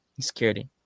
Security